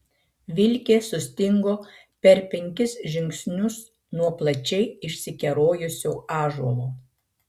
vilkė sustingo per penkis žingsnius nuo plačiai išsikerojusio ąžuolo